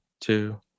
two